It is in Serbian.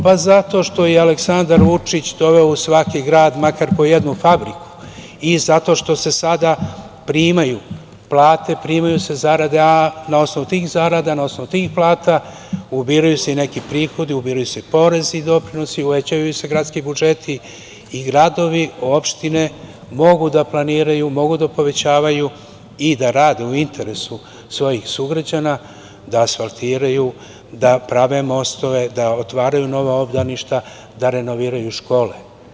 Pa zato što je Aleksandar Vučić doveo u svaki grad makar po jednu fabriku i zato što se sada primaju plate, primaju se zarade, a na osnovu tih zarada, na osnovu tih plata ubiraju se neki prihodi, ubiraju se porezi i doprinosi, uvećavaju se gradski budžeti i gradovi, opštine mogu da planiraju, mogu da povećavaju i da rade u interesu svojih sugrađana, da asfaltiraju, da prave mostove, da otvaraju nova obdaništa, da renoviraju škole.